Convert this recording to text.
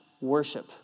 worship